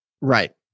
Right